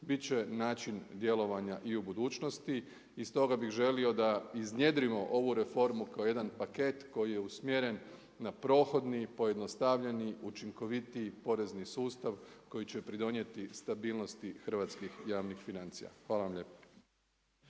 bit će način djelovanja i u budućnosti i stoga bih želio da iznjedrimo ovu reformu kao jedan paket koji je usmjeren na prohodni, pojednostavljeni, učinkovitiji porezni sustav koji će pridonijeti stabilnosti hrvatskih javnih financija. Hvala vam lijepo.